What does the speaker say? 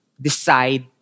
decide